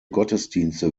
gottesdienste